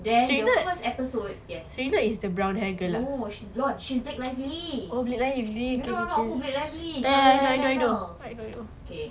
then the first episode yes no she's blonde she's blake lively you know not who blake lively kahwin ryan reynolds okay